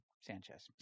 Sanchez